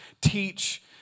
teach